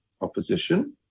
opposition